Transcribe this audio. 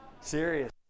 Serious